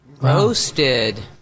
Roasted